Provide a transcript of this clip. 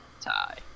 Tie